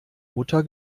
mutter